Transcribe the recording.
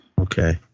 Okay